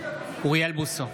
אוריאל בוסו,